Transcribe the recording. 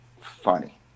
funny